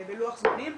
בלוח הזמנים,